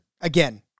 again